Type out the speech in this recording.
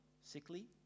sickly